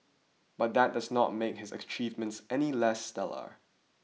but that does not make his achievements any less stellar